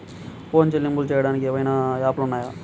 Phone చెల్లింపులు చెయ్యటానికి ఏవైనా యాప్లు ఉన్నాయా?